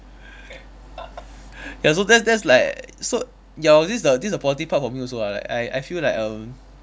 ya so that's that's like so ya lor this the this the positive part for me also ah like I I feel like um